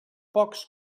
pocs